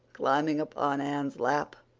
climbing upon anne's lap.